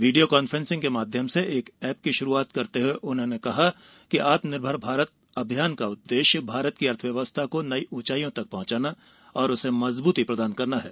video conferencing के माध्यम से एक ऐप की शुरुआत करते हुए कहा कि आत्म निर्भर भारत अभियान का उद्देश्य भारत की अर्थव्यवस्था को नई ऊंचाइयों तक पहुंचाना और उसे मजबूती प्रदान करना है